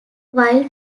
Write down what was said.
while